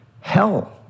hell